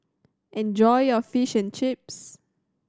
enjoy your Fish and Chips